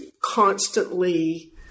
constantly